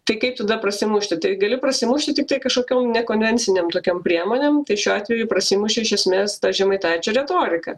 tai kaip tada prasimušti tai gali prasimušti tiktai kažkokiom nekonvencinėm tokiom priemonėm tai šiuo atveju prasimušė iš esmės ta žemaitaičio retorika